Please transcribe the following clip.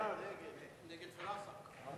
חוק